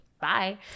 bye